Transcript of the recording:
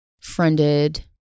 friended